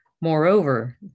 Moreover